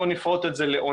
בואו נפרוט את זה לעונה,